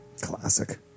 Classic